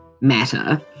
matter